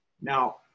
Now